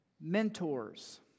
Mentors